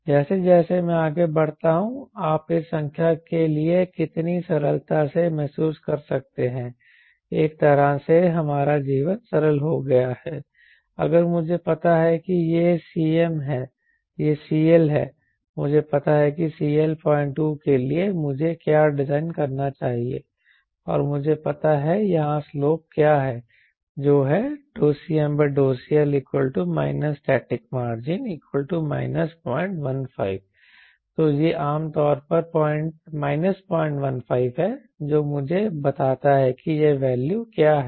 जैसे जैसे मैं आगे बढ़ता हूं आप इस संख्या के लिए कितनी सरलता से महसूस कर सकते हैं एक तरह से हमारा जीवन सरल हो गया है अगर मुझे पता है कि यह Cm है यह CL है मुझे पता है कि CL 02 के लिए मुझे क्या डिजाइन करना चाहिए और मुझे पता है यहाँ स्लोप क्या है जो है CmCL SM 015 तो यह आम तौर पर 015 है जो मुझे बताता है कि यह वैल्यू क्या है